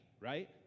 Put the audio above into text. right